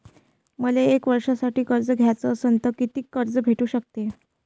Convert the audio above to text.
मले एक वर्षासाठी कर्ज घ्याचं असनं त कितीक कर्ज भेटू शकते?